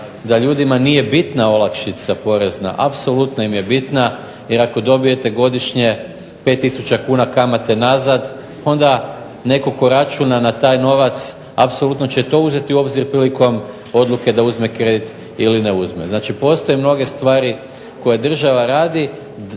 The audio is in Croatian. da ljudima nije bitna olakšica porezna, apsolutno im je bitna, jer ako dobijete godišnje 5 tisuća kuna kamate nazad onda netko tko računa na taj novac apsolutno će to uzeti u obzir prilikom odluke da uzme kredit ili ne uzme. Znači postoje mnoge stvari koje država radi,